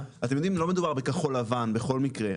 לא מדובר בכחול לבן בכל מקרה,